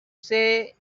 say